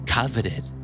Coveted